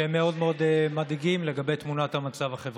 שהם מאוד מאוד מדאיגים, לגבי תמונת המצב החברתית.